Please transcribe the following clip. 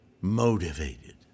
motivated